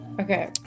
Okay